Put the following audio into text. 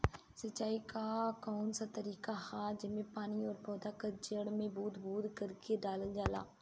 सिंचाई क कउन सा तरीका ह जेम्मे पानी और पौधा क जड़ में बूंद बूंद करके डालल जाला?